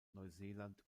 neuseeland